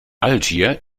algier